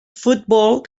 football